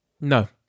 No